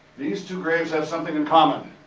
these two graves have something in common,